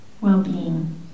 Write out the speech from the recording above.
well-being